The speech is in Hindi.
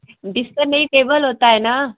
बिस्तर नहीं टेबल होता है ना